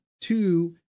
two